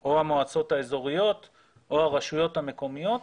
או המועצות האזוריות או הרשויות המקומיות,